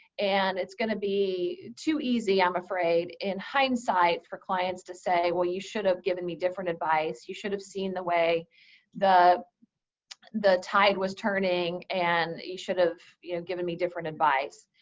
and it's going to be too easy, i'm afraid in hindsight, for clients to say, well, you should have given me different advice. you should have seen the way the the tide was turning and you should have you know given me different advice.